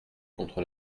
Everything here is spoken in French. contre